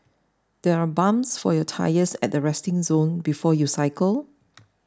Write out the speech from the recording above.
there are pumps for your tyres at the resting zone before you cycle